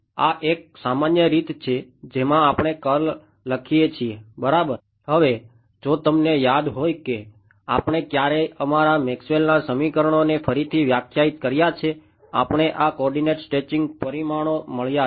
આ એક સામાન્ય રીત છે જેમાં આપણે કર્લ લખીએ છીએ બરાબર હવે જો તમને યાદ હોય કે આપણે ક્યારે અમારા મેક્સવેલના સમીકરણોને ફરીથી વ્યાખ્યાયિત કર્યા છે આપણે આ કોઓર્ડિનેટેડ સ્ટ્રેચિંગ પરિમાણો મળ્યાં છે